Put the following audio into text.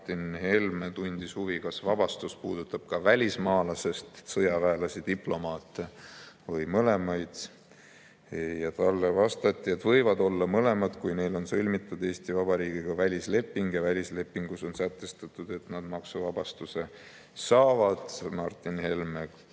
Martin Helme tundis huvi, kas vabastus puudutab ka välismaalasest sõjaväelasi või diplomaate või mõlemaid. Talle vastati, et võib puudutada mõlemaid, kui neil on sõlmitud Eesti Vabariigiga välisleping ja välislepingus on sätestatud, et nad maksuvabastuse saavad. Martin Helme